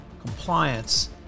Compliance